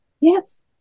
Yes